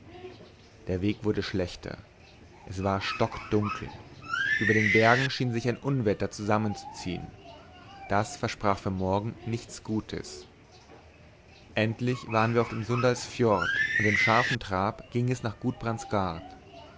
der weg wurde schlechter es war stockdunkel über den bergen schien sich ein unwetter zusammenzuziehen das versprach für morgen nichts gutes endlich waren wir auf dem sundalsfjord und in scharfem trab ging es nach